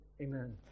Amen